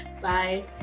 Bye